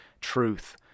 truth